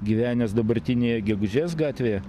gyvenęs dabartinėje gegužės gatvėje